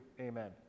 Amen